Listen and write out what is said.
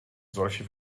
solche